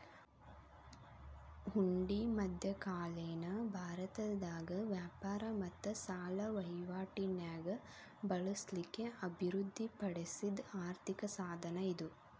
ಹುಂಡಿ ಮಧ್ಯಕಾಲೇನ ಭಾರತದಾಗ ವ್ಯಾಪಾರ ಮತ್ತ ಸಾಲ ವಹಿವಾಟಿ ನ್ಯಾಗ ಬಳಸ್ಲಿಕ್ಕೆ ಅಭಿವೃದ್ಧಿ ಪಡಿಸಿದ್ ಆರ್ಥಿಕ ಸಾಧನ ಇದು